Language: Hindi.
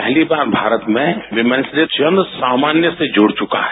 पहली बार भारत में वीमेन्स डे जन सामान्य से जुड़ चुका है